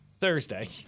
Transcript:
Thursday